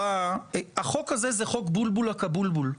החוק הזה הוא חוק בולבול הקבולבול.